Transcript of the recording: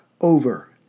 over